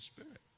spirit